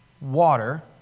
water